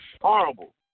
Horrible